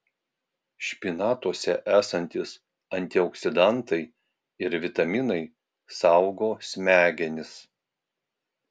špinatuose esantys antioksidantai ir vitaminai saugo smegenis